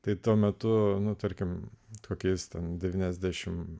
tai tuo metu nu tarkim tokiais ten devyniasdešim